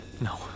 No